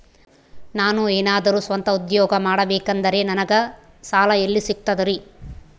ನಾನು ಏನಾದರೂ ಸ್ವಂತ ಉದ್ಯೋಗ ಮಾಡಬೇಕಂದರೆ ನನಗ ಸಾಲ ಎಲ್ಲಿ ಸಿಗ್ತದರಿ?